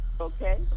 Okay